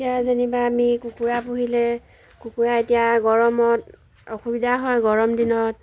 এতিয়া যেনিবা আমি কুকুৰা পুহিলে কুকুৰা এতিয়া গৰমত অসুবিধা হয় গৰম দিনত